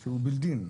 שהוא מובנה.